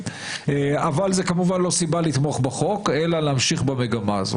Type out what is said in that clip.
אבל זו לא סיבה לתמוך בחוק אלא להמשיך במגמה הזו.